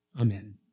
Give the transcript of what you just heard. amen